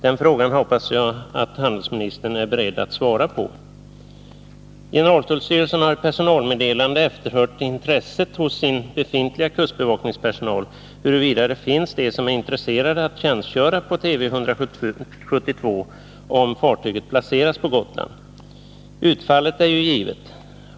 Den frågan hoppas jag att handelsministern är beredd att svara på. Generaltullstyrelsen har i ett personalmeddelande efterhört hos sin befintliga kustbevakningspersohal, huruvida det finns de som är intresserade att tjänstgöra på Tv 172, om fartyget placeras på Gotland. Utfallet av det är jugivet.